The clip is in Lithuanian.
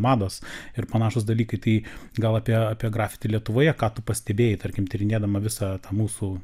mados ir panašūs dalykai tai gal apie apie grafiti lietuvoje ką tu pastebėjai tarkim tyrinėdama visą tą mūsų